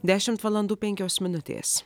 dešimt valandų penkios minutės